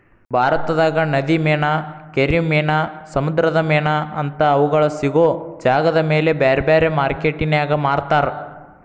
ಭಾರತದಾಗ ನದಿ ಮೇನಾ, ಕೆರಿ ಮೇನಾ, ಸಮುದ್ರದ ಮೇನಾ ಅಂತಾ ಅವುಗಳ ಸಿಗೋ ಜಾಗದಮೇಲೆ ಬ್ಯಾರ್ಬ್ಯಾರೇ ಮಾರ್ಕೆಟಿನ್ಯಾಗ ಮಾರ್ತಾರ